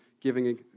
giving